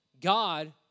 God